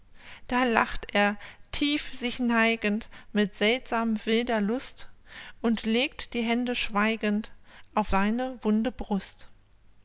da lacht er tief sich neigend mit seltsam wilder lust und legt die hände schweigend auf seine wunde brust